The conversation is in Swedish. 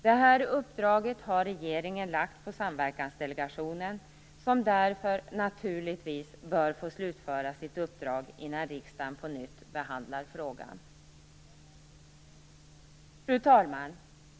Det här uppdraget har regeringen lagt på Samverkansdelegationen, som därför naturligtvis bör få slutföra sitt uppdrag innan riksdagen på nytt behandlar frågan. Fru talman!